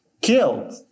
killed